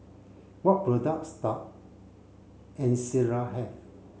what products Ezerra have